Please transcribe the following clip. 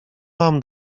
wam